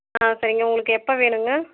ஆ சரிங்க உங்களுக்கு எப்போ வேணும்ங்க